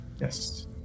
Yes